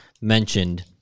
mentioned